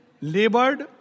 labored